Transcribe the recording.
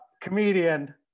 comedian